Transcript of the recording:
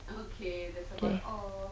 okay